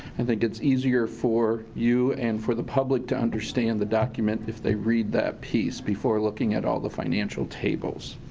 and think it's easier for you and for the public to understand the document if they read that piece before looking at all the financial tables.